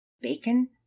bacon